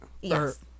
Yes